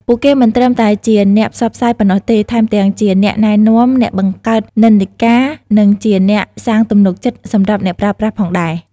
ពួកគេមិនត្រឹមតែជាអ្នកផ្សព្វផ្សាយប៉ុណ្ណោះទេ ថែមទាំងជាអ្នកណែនាំ អ្នកបង្កើតនិន្នាការ និងជាអ្នកសាងទំនុកចិត្តសម្រាប់អ្នកប្រើប្រាស់ផងដែរ។